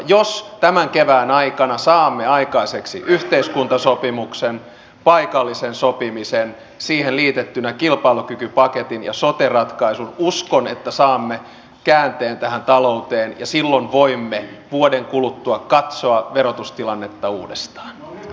jos tämän kevään aikana saamme aikaiseksi yhteiskuntasopimuksen paikallisen sopimisen siihen liitettynä kilpailukykypaketin ja sote ratkaisun uskon että saamme käänteen tähän talouteen ja silloin voimme vuoden kuluttua katsoa verotustilannetta uudestaan